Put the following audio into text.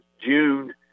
June